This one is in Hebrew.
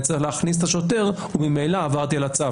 צריך להכניס את השוטר וממילא עברתי על הצו.